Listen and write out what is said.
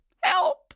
Help